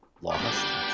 Lost